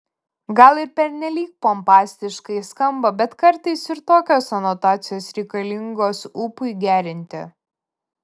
gal ir pernelyg pompastiškai skamba bet kartais ir tokios anotacijos reikalingos ūpui gerinti